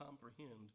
comprehend